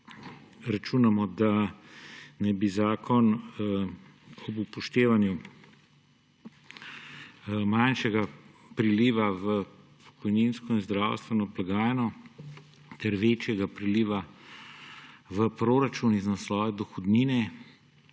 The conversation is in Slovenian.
računamo, da naj bi zakon ob upoštevanju manjšega priliva v pokojninsko in zdravstveno blagajno ter večjega priliva v proračun iz naslova dohodnine,